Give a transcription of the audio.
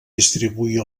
distribuir